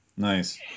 Nice